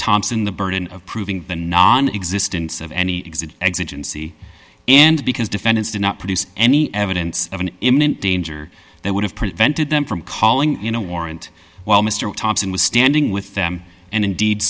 thompson the burden of proving the non existence of any exit exit in c and because defendants did not produce any evidence of an imminent danger they would have prevented them from calling in a warrant while mr thompson was standing with them and indeed